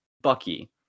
Bucky